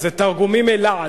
זה תרגומים מלעז.